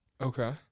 Okay